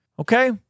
Okay